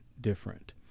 different